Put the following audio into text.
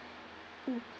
mm